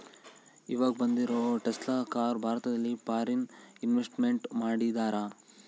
ಈವಾಗ ಬಂದಿರೋ Tesla car ಭಾರತದಲ್ಲಿ ಫಾರಿನ್ ಇನ್ವೆಸ್ಟ್ಮೆಂಟ್ ಮಾಡಿದರಾ